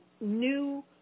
new